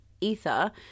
ether